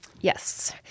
Yes